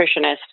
nutritionist